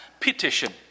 petition